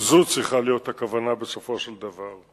וזו צריכה להיות הכוונה בסופו של דבר.